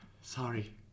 Sorry